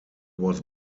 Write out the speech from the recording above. was